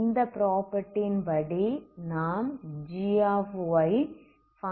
இந்த ப்ராப்பர்ட்டியின் படி நாம் g பங்க்ஷன் அஸ்யூம் பண்ணவேண்டும்